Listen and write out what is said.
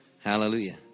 hallelujah